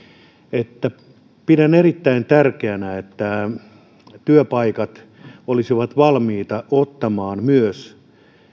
että pidän erittäin tärkeänä että työpaikat olisivat valmiita ottamaan myös